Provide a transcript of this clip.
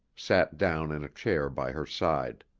sat down in a chair by her side.